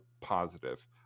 positive